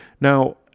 Now